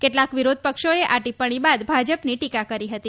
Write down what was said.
કેટલાંક વિરોધ પક્ષોએ આ ટિપ્પણી બાદ ભાજપની ટીકા કરી હતી